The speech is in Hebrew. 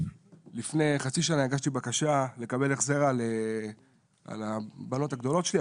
לפני חצי שנה הגשתי בקשה לקבל החזר על הבנות הגדולות שלי,